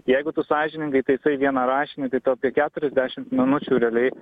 jeigu tu sąžiningai taisai vieną rašinį tai tu apie keturiasdešimt minučių realiai